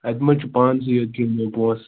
اَتہِ ما چھِ پانسٕے یٲتۍ کھٮ۪ن مےٚ پۅنٛسہٕ